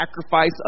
sacrifice